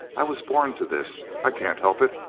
i was born to this. i can't help it.